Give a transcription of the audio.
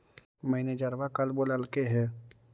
मैनेजरवा कल बोलैलके है?